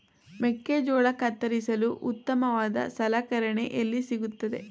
ಮೆಕ್ಕೆಜೋಳ ಕತ್ತರಿಸಲು ಉತ್ತಮವಾದ ಸಲಕರಣೆ ಎಲ್ಲಿ ಸಿಗುತ್ತದೆ?